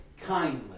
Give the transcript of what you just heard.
kindly